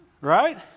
Right